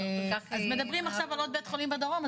אז מדברים עכשיו על עוד בית חולים בדרום,